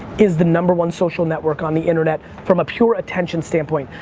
is the number one social network on the internet from a pure attention standpoint.